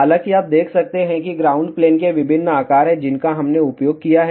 हालांकि आप देख सकते हैं कि ग्राउंड प्लेन के विभिन्न आकार हैं जिनका हमने उपयोग किया है